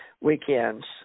weekends